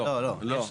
לא, לא.